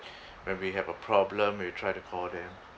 when we have a problem we try to call them